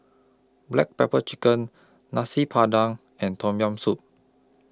Black Pepper Chicken Nasi Padang and Tom Yam Soup